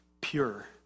pure